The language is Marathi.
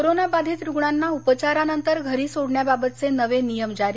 कोरोना बाधित रुग्णांना उपचारानंतर घरी सोडण्याबाबतचे नवे नियम जारी